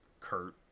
Kurt